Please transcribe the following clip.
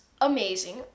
amazing